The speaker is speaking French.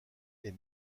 est